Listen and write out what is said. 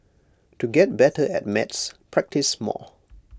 to get better at maths practise more